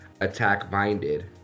attack-minded